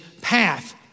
path